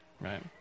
right